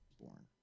born